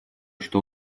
что